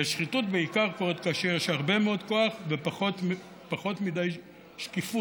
כי השחיתות בעיקר קורית כאשר יש הרבה מאוד כוח ופחות מדי שקיפות.